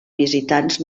visitants